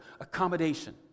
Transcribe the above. Accommodation